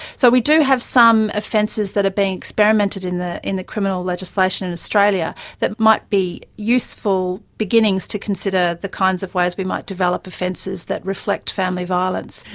so we do have some offences that are being experimented in the in the criminal legislation in australia that might be useful beginnings to consider the kinds of ways we might develop offences that reflect family violence.